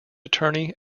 attorney